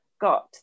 got